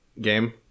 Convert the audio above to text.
game